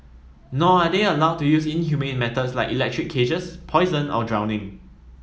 nor are they allowed to use inhumane methods like electric cages poison or drowning